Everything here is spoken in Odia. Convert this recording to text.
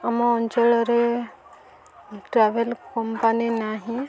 ଆମ ଅଞ୍ଚଳରେ ଟ୍ରାଭେଲ୍ କମ୍ପାନୀ ନାହିଁ